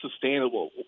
sustainable